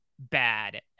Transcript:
bad